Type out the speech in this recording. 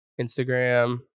Instagram